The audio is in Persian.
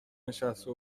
نشسته